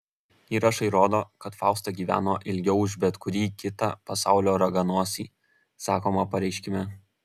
įrašai rodo kad fausta gyveno ilgiau už bet kurį kitą pasaulio raganosį sakoma pareiškime